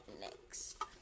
next